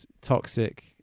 toxic